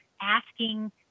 asking